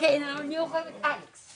כשדיברנו על נושא המכרז וחובת פרסום